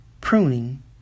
Pruning